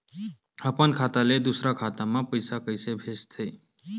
अपन खाता ले दुसर के खाता मा पईसा कइसे भेजथे?